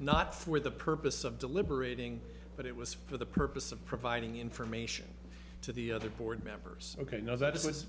not for the purpose of deliberating but it was for the purpose of providing information to the other board members ok now that i